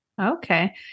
Okay